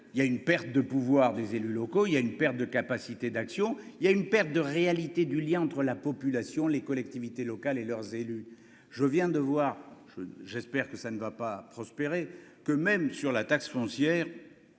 il y a une perte de pouvoir des élus locaux, il y a une perte de capacité d'action, il y a une perte de réalité du lien entre la population, les collectivités locales et leurs élus, je viens de voir je j'espère que ça ne va pas prospérer que même sur la taxe foncière,